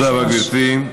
תודה רבה, גברתי.